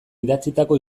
idatzitako